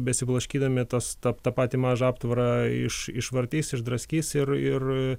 besiblaškydami tas ta tą patį mažą aptvarą iš išvartys išdraskys ir ir